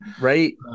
right